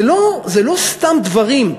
זה לא סתם דברים.